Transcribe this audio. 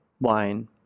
wine